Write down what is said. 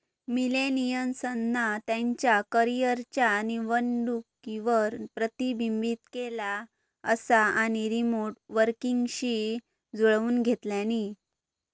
मिलेनियल्सना त्यांच्या करीयरच्या निवडींवर प्रतिबिंबित केला असा आणि रीमोट वर्कींगशी जुळवुन घेतल्यानी